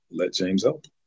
letjameshelp